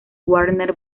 warner